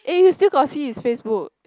eh you still got see his Facebook